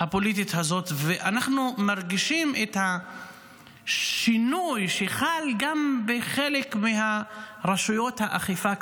הפוליטית הזאת ואנחנו מרגישים את השינוי שחל גם בחלק מרשויות האכיפה,